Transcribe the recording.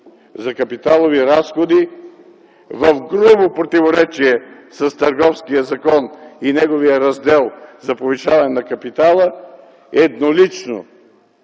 за капиталови разходи, в грубо противоречие с Търговския закон и неговия раздел за повишаване на капитала еднолично